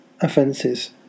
offences